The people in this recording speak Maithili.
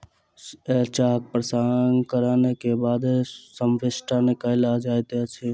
चाहक प्रसंस्करण के बाद संवेष्टन कयल जाइत अछि